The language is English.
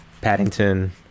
Paddington